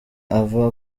ava